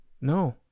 No